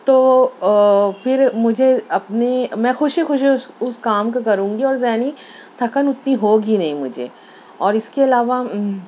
تو پھر مجھے اپنے میں خوشی خوشی اس اس کام کو کروں گی اور ذہنی تھکن اتنی ہوگی نہیں مجھے اور اس کے علاوہ